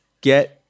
get